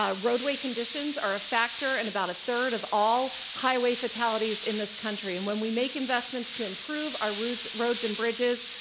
ah roadway conditions are a factor in and about a third of all highway fatalities in this country. and when we make investments to imp rove our roads roads and bridges,